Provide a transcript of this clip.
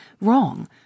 wrong